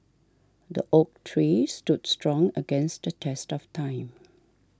the oak tree stood strong against the test of time